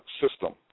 system